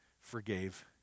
forgave